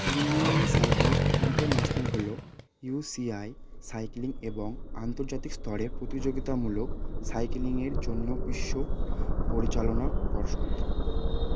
Indian cyclist international হল UCI cycling এবং আন্তর্জাতিক স্তরের প্রতিযোগিতামূলক সাইকেলিংয়ের জন্য বিশ্ব পরিচালনা পশদ